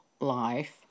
Life